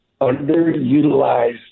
underutilized